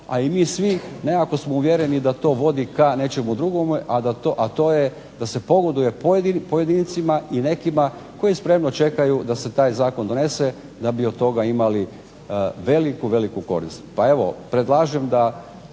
a i mi svi nekako smo uvjereni da vodi ka nečemu drugomu, a to je da se pogoduje pojedincima i nekima koji čekaju da se taj zakon donese da bi od toga imali veliku, veliku korist. Pa evo predlažem da